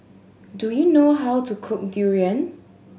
do you know how to cook durian